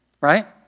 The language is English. right